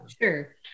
Sure